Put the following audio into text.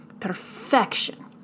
perfection